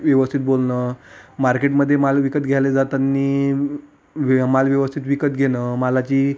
व्यवस्थित बोलणं मार्केटमध्ये माल विकत घ्यायला जातांना वे माल व्यवस्थित विकत घेणं मालाची